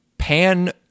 pan